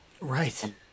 Right